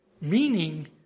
Meaning